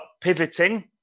pivoting